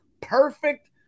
perfect